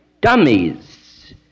dummies